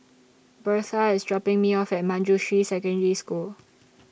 Birtha IS dropping Me off At Manjusri Secondary School